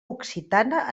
occitana